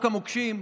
חוק המוקשים,